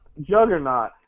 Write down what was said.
juggernaut